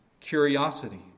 curiosity